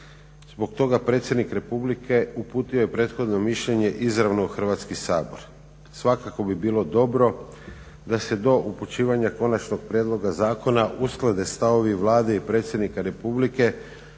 Zbog toga predsjednik Republike uputio je prethodno mišljenje izravno u Hrvatski sabor. Svakako bi bilo dobro da se do upućivanja konačnog prijedloga zakona usklade stavovi Vlade i predsjednika Republike